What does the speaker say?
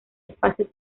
espacios